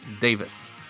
Davis